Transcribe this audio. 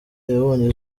yabonye